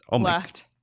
left